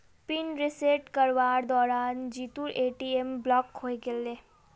pin reset करवार दौरान जीतूर ए.टी.एम ब्लॉक हइ गेले